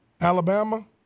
Alabama